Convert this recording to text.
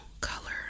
color